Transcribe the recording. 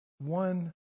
one